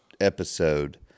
episode